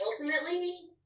ultimately